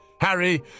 Harry